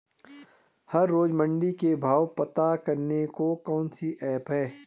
हर रोज़ मंडी के भाव पता करने को कौन सी ऐप है?